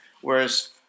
whereas